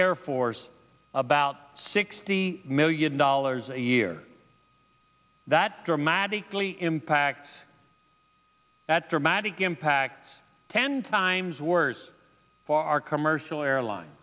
air force about sixty million dollars a year that dramatically impacts that dramatic impact ten times worse for our commercial airline